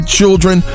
children